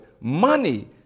money